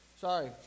sorry